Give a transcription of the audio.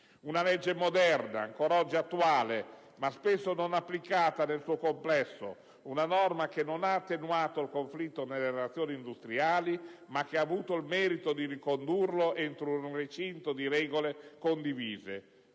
Una legge moderna, ancora oggi attuale, ma spesso non applicata nel suo complesso. Una normativa che non ha attenuato il conflitto nelle relazioni industriali, ma che ha avuto il merito di ricondurlo entro un recinto di regole condivise.